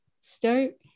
start